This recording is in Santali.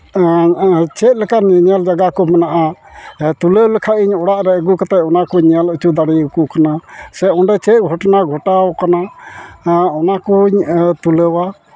ᱚᱱᱟ ᱪᱮᱫᱞᱮᱠᱟᱱ ᱧᱮᱞ ᱡᱟᱭᱜᱟ ᱠᱚ ᱢᱮᱱᱟᱜᱼᱟ ᱛᱩᱞᱟᱹᱣ ᱞᱮᱠᱷᱟᱱ ᱤᱧ ᱚᱲᱟᱜ ᱨᱮ ᱟᱹᱜᱩ ᱠᱟᱫᱛᱮᱫ ᱚᱱᱟᱠᱩᱧ ᱧᱮᱞ ᱦᱚᱪᱚ ᱫᱟᱲᱭᱟᱠᱚ ᱠᱟᱱᱟ ᱥᱮ ᱚᱸᱰᱮ ᱪᱮᱫ ᱜᱷᱚᱴᱚᱱᱟ ᱜᱷᱚᱴᱟᱣ ᱠᱟᱱᱟ ᱚᱱᱟ ᱚᱱᱟᱠᱩᱧ ᱛᱩᱞᱟᱹᱣᱟ